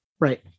Right